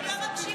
הם לא מקשיבים.